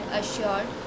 assured